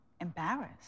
embarrassed